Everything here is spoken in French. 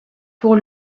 pour